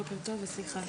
בוקר טוב וסליחה.